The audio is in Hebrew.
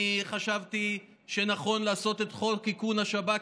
אני חשבתי שנכון לעשות את חוק איכון השב"כ,